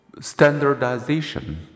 Standardization